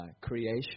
creation